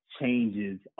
changes